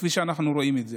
כפי שאנחנו רואים את זה.